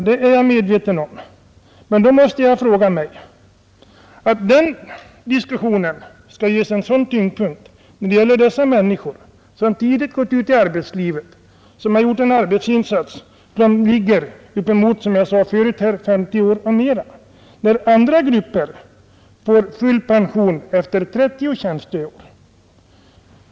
Det är jag medveten om Men då måste jag fråga: Varför skall det ges sådan vikt när det gäller dessa människor, som tidigt har gått ut i arbetslivet och som har gjort en arbetsinsats under 50 är eller mera, när andra grupper får full pension efter 30 tjänstår?